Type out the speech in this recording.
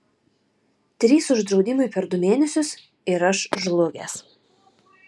trys uždraudimai per du mėnesius ir aš žlugęs